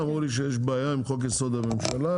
אמרו לי שיש בעיה עם חוק יסוד הממשלה.